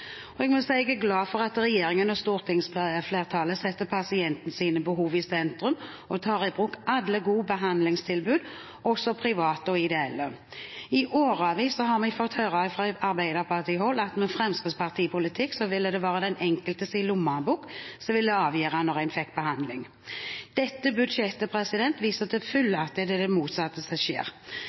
fremskrittspartisaker. Jeg må si jeg er glad for at regjeringen og stortingsflertallet setter pasientenes behov i sentrum og tar i bruk alle gode behandlingstilbud, også private og ideelle. I årevis har vi fått høre fra arbeiderpartihold at med Fremskrittspartiets politikk ville det være den enkeltes lommebok som ville avgjøre når en fikk behandling. Dette budsjettet viser til fulle at det er det motsatte som skjer.